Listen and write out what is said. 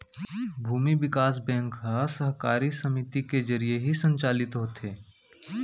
भूमि बिकास बेंक ह सहकारी समिति के जरिये ही संचालित होथे